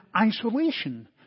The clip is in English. isolation